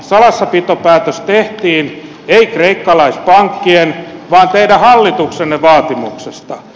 salassapitopäätös tehtiin ei kreikkalaispankkien vaan teidän hallituksenne vaatimuksesta